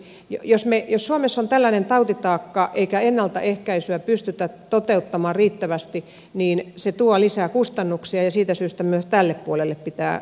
jos suomessa on tällainen tautitaakka eikä ennaltaehkäisyä pystytä toteuttamaan riittävästi niin se tuo lisää kustannuksia ja siitä syystä myös tälle puolelle pitää tehdä toimia